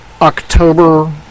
October